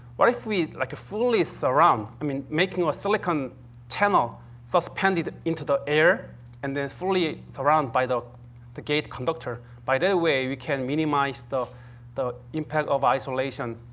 what if we, like, fully surround? i mean, making a silicon channel suspended into the air and then fully surrounded by the the gate conductor. by that way, we can minimize the the impact of isolation.